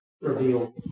reveal